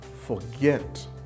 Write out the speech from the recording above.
forget